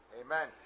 Amen